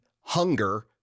Hunger